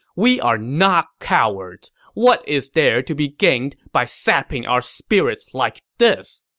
we are not cowards. what is there to be gained by sapping our spirits like this?